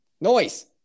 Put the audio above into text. Noise